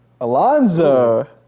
Alonzo